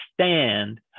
stand